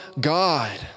God